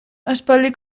aspaldian